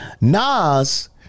Nas